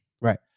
Right